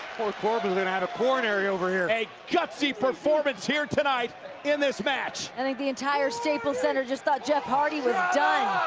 poor corbin's gonna have a corinary over here. a gutsy performance here tonight in this match. i think the entire staple's center just thought jeff hardy was done.